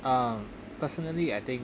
um personally I think